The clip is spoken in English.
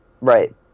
Right